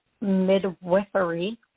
midwifery